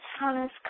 Thomas